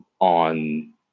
on